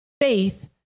faith